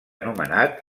nomenat